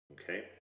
okay